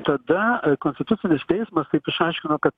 tada konstitucinis teismas taip išaiškino kad